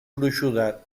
gruixuda